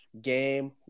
game